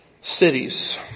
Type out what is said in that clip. cities